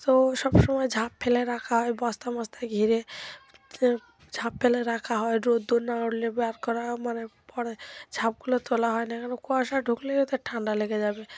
তো সব সময় ঝাঁপ ফেলে রাখা হয় বস্তা মস্তা ঘিরে ঝাঁপ ফেলে রাখা হয় রোদ না উঠলে বের করা মানে পরে ঝাঁপগুলো তোলা হয় না যেন কুয়াশা ঢুকলেই তো ঠান্ডা লেগে যাবে